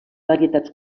varietats